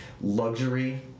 luxury